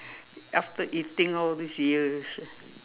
after eating all these years